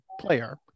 player